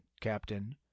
Captain